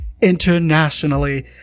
internationally